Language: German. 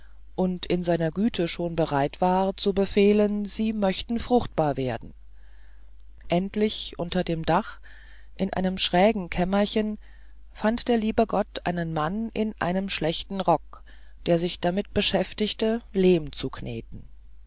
und in seiner güte schon bereit war zu befehlen sie möchten fruchtbar werden endlich unter dem dach in einem schrägen kämmerchen fand der liebe gott einen mann in einem schlechten rock der sich damit beschäftigte lehm zu kneten